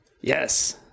Yes